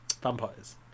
vampires